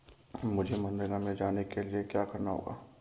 मुझे मनरेगा में जाने के लिए क्या करना होगा?